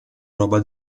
roba